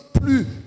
plus